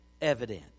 evident